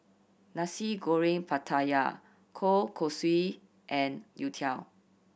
Nasi Goreng Pattaya kueh kosui and youtiao